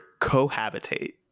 cohabitate